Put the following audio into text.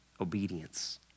obedience